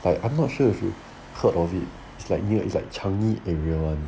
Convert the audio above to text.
I I'm not sure if you heard of it slightly is like changi area [one]